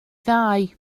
ddau